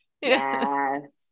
yes